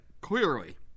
clearly